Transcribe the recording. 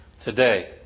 today